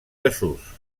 desús